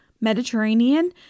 Mediterranean